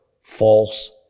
false